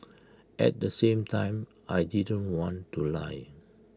at the same time I didn't want to lie